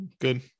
Good